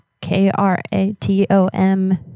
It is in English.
K-R-A-T-O-M